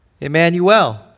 Emmanuel